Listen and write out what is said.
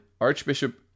Archbishop